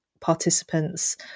participants